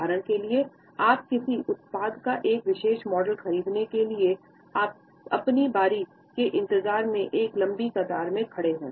उदाहरण के लिए आप किसी उत्पाद का एक विशेष मॉडल खरीदने के लिए अपनी बारी के इंतजार में एक लंबी कतार में खड़े हैं